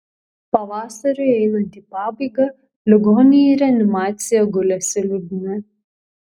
pavasariui einant į pabaigą ligoniai į reanimaciją gulėsi liūdni